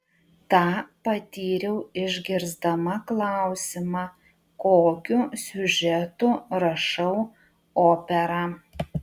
tą patyriau išgirsdama klausimą kokiu siužetu rašau operą